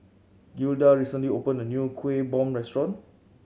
Gilda recently opened a new Kuih Bom restaurant